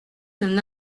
d’un